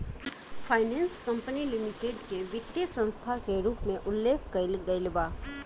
finance company limited के वित्तीय संस्था के रूप में उल्लेख कईल गईल बा